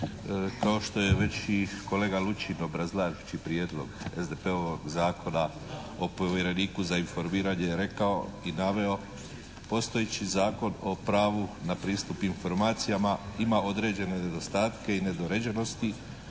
Kao što je već i kolega Lučin obrazlažući Prijedlog SDP-ovog Zakona o povjereniku za informiranje rekao i naveo postojeći Zakon o pravu na pristup informacijama ima određene nedostatke i nedoređenosti